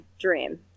dream